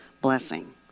blessing